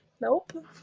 Nope